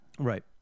Right